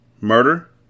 Murder